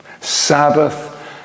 sabbath